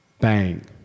Bang